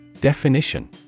Definition